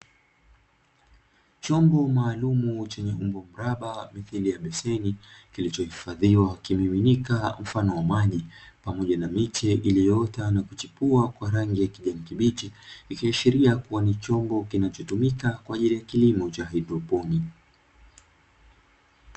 Chombo maalumu chenye umbo mraba mithiri ya beseni kilichohifadhiwa kimiminika mfano wa maji pamoja na miche, iliyoota na kuchipua kwa rangi ya kijani kibichi, ikiashiria kuwa ni chombo kinachotumika kwa ajili ya kilimo cha haidroponi.